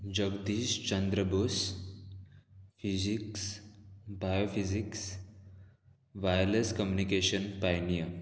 Jagadishchandra Bose physics biophysics wireless communication Pioneer